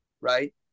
right